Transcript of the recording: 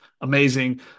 amazing